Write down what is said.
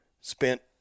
spent